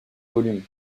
volumes